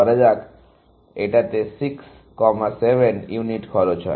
ধরা যাক এটাতে 6 7 ইউনিট খরচ হয়